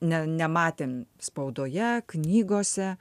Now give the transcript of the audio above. ne nematėm spaudoje knygose